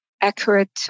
accurate